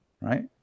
Right